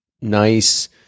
nice